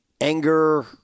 anger